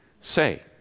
say